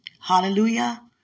Hallelujah